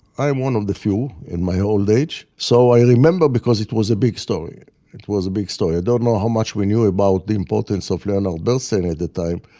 i am one of the few, in my old age, so i remember because it was a big story. it it was a big story. i don't know how much we knew about the importance of leonard bernstein at the time,